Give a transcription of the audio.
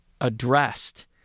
addressed